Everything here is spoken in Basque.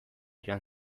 joan